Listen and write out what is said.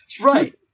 Right